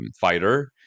fighter